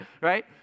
right